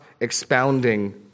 expounding